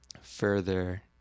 further